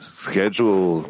schedule